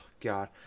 god